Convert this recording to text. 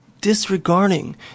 Disregarding